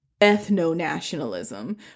ethno-nationalism